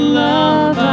love